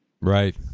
Right